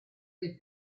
dei